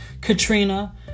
Katrina